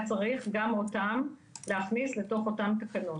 צריך גם אותם להכניס לתוך אותן תקנות.